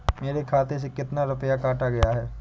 मेरे खाते से कितना रुपया काटा गया है?